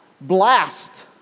blast